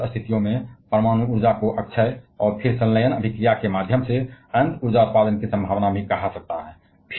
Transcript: लेकिन कुछ स्थितियों में परमाणु ऊर्जा को नवीकरणीय और फिर संलयन प्रतिक्रिया के माध्यम से अनंत ऊर्जा उत्पादन की संभावना के रूप में भी कहा जा सकता है